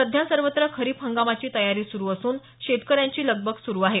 सध्या सर्वत्र खरीप हंगामाची तयारी सुरू असून शेतकऱ्यांची लगबग सुरु आहे